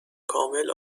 کامل